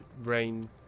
rain